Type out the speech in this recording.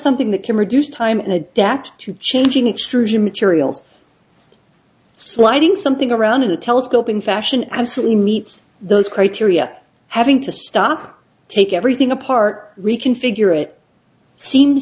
something that can reduce time and adapt to changing extrusion materials sliding something around a telescope in fashion absolutely meets those criteria having to stop take everything apart reconfigure it seem